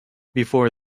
before